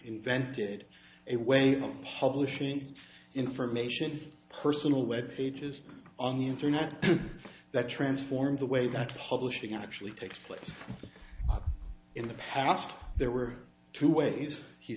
invented a way of hubli shane's information personal web pages on the internet that transformed the way that publishing actually takes place in the past there were two ways he